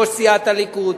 ראש סיעת הליכוד,